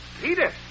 Peter